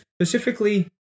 Specifically